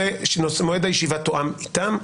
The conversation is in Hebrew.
מועד הישיבה תואם איתם.